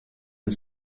and